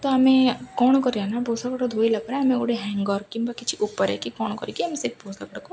ତ ଆମେ କ'ଣ କରିବା ନା ପୋଷାକଟା ଧୋଇଲା ପରେ ଆମେ ଗୋଟେ ହ୍ୟାଙ୍ଗର୍ କିମ୍ବା କିଛି ଉପରେ କି କ'ଣ କରିକି ଆମେ ସେ ପୋଷାକଟାକୁ